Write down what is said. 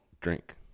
drink